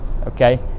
okay